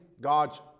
God's